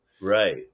Right